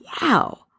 wow